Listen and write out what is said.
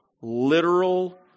literal